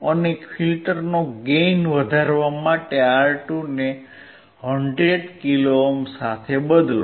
અને ફિલ્ટરનો ગેઇન વધારવા માટે R2 ને 100 કિલો ઓહ્મ સાથે બદલો